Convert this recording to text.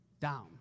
down